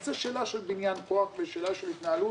או זו שאלה של בניין כוח ושאלה של התנהלות.